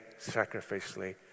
sacrificially